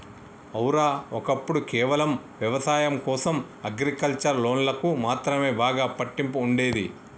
ఔర, ఒక్కప్పుడు కేవలం వ్యవసాయం కోసం అగ్రికల్చర్ లోన్లకు మాత్రమే బాగా పట్టింపు ఉండేది